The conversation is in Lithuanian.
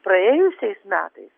praėjusiais metais